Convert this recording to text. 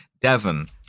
Devon